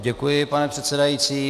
Děkuji, pane předsedající.